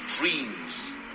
dreams